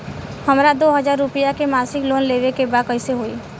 हमरा दो हज़ार रुपया के मासिक लोन लेवे के बा कइसे होई?